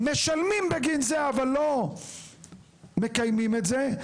משלמים בגין זה, אבל לא מקיימים את זה.